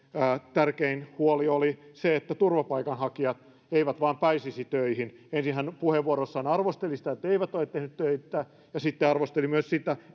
tärkein huoli oli se että turvapaikanhakijat eivät vain pääsisi töihin ensin hän puheenvuorossaan arvosteli sitä että he eivät ole tehneet töitä ja sitten arvosteli myös sitä